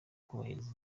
kubahiriza